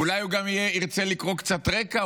אולי הוא גם ירצה לקרוא קצת רקע,